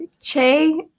Che